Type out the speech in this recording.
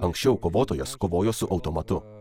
anksčiau kovotojas kovojo su automatu